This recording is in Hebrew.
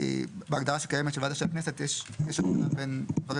כי בהגדרה שקיימת של הוועדה של הכנסת יש הפרדה בין דברים